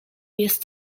jest